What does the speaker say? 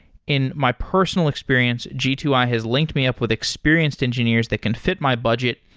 in my personal experience, g two i has linked me up with experienced engineers that can fit my budget,